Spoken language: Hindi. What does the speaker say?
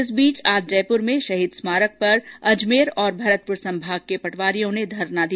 इस बीच आज जयपुर में शहीद स्मारक पर अजमेर और भरतपुर संभाग के पटवारियों ने धरना दिया